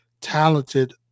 talented